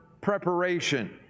preparation